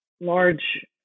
large